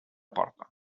porta